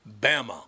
Bama